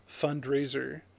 fundraiser